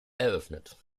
eröffnet